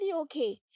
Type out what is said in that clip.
okay